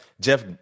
Jeff